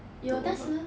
有的是